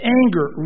anger